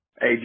Hey